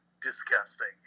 disgusting